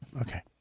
Okay